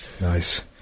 Nice